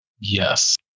Yes